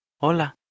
Hola